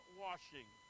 washing